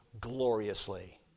gloriously